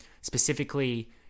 specifically